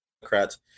Democrats